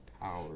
power